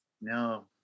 No